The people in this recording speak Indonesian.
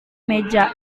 meja